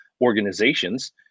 organizations